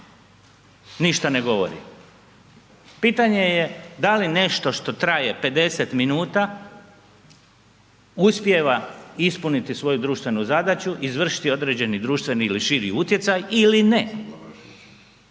ništa ne govori. Pitanje je da li nešto što traje 50 minuta uspijeva ispuniti svoju društvenu zadaću, izvršiti određeni društveni ili širi utjecaj ili ne?